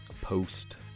post